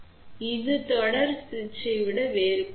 எனவே இது தொடர் சுவிட்சை விட வேறுபட்டது